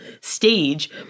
stage